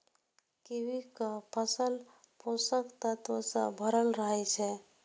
कीवीक फल पोषक तत्व सं भरल रहै छै